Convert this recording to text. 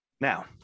Now